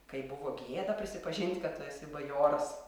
kai buvo gėda prisipažint kad tu esi bajoras